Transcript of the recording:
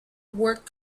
work